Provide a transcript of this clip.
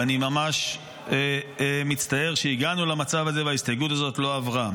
ואני ממש מצטער שהגענו למצב הזה וההסתייגות הזאת לא עברה.